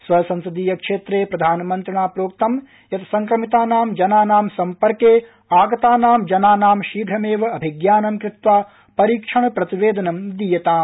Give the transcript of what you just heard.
स्वसंसदीय क्षेत्रे प्रधानमन्त्रिणा प्रोक्तं यत् संक्रमितानां जनानां सम्पर्के आगतानां जनानां शीघ्रमेव अभिज्ञानं कृत्वा परीक्षण प्रतिवेदनं दीयताम